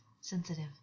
sensitive